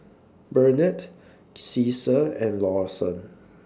Burnett Ceasar and Lawson